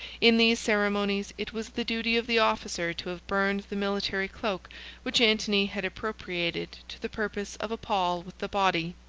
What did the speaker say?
in these ceremonies it was the duty of the officer to have burned the military cloak which antony had appropriated to the purpose of a pall, with the body.